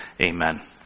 Amen